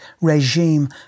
regime